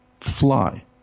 Fly